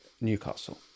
Newcastle